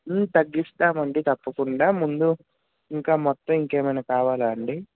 తగ్గిస్తామండి తప్పకుండా ముందు ఇంకా మొత్తం ఇంకా ఏమైనా కావాలా అండి